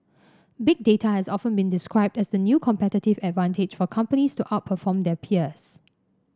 Big Data has often been described as the new competitive advantage for companies to outperform their peers